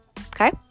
Okay